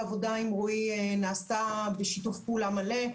העבודה עם רועי נעשתה בשיתוף פעולה מלא,